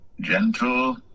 gentle